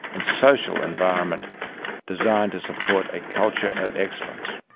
and social environment designed to support a culture of excellence.